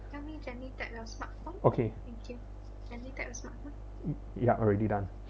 okay y~ yup already done